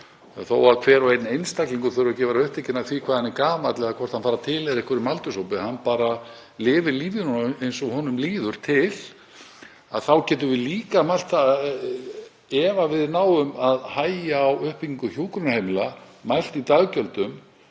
Þó að hver og einn einstaklingur þurfi ekki að vera upptekinn af því hvað hann er gamall eða hvort hann fari að tilheyra einhverjum aldurshópi, hann bara lifir lífinu eins og honum líður til, þá getum við líka mælt það, ef við náum að hægja á uppbyggingu hjúkrunarheimila, mælt það í daggjöldum